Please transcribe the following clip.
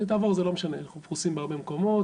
אנחנו פרוסים בהרבה מקומות,